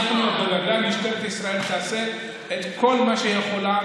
משטרת ישראל תעשה את כל מה שהיא יכולה,